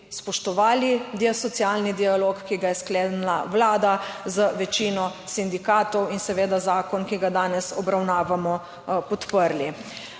spoštovali socialni dialog, ki ga je sklenila Vlada z večino sindikatov in seveda zakon, ki ga danes obravnavamo podprli.